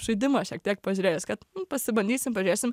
žaidimą šiek tiek pažiūrėjus kad pasibandysim pažiūrėsim